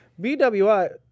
BWI